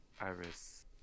Iris